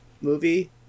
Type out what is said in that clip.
movie